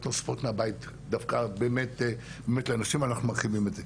הנוספות מהבית באמת לנשים ואנחנו מרחיבים את זה.